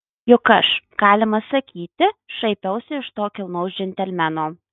juk aš galima sakyti šaipiausi iš to kilnaus džentelmeno